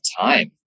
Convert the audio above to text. time